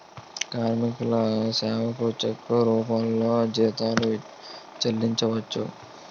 కార్మికుల సేవకు చెక్కు రూపంలో జీతాలు చెల్లించవచ్చు